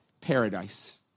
paradise